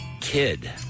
kid